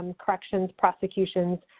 and corrections, prosecutions,